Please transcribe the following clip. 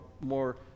more